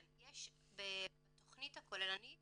--- יש בתכנית הכוללנית